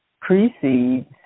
precedes